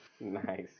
Nice